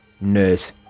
nurse